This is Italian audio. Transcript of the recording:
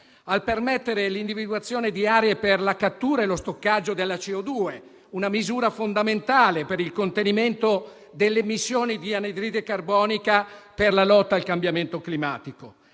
il permesso di individuare aree per la cattura e lo stoccaggio della CO2, una misura fondamentale per il contenimento delle emissioni di anidride carbonica per la lotta al cambiamento climatico,